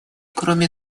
кроме